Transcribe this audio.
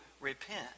repent